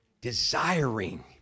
Desiring